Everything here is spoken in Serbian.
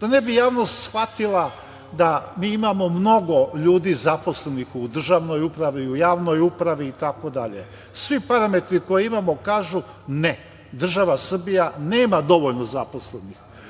Da ne bi javnost shvatila da mi imamo mnogo ljudi zaposlenih u državnoj upravni, u javnoj upravi, itd, svi parametri koje imamo kažu – ne, država Srbija nema dovoljno zaposlenih.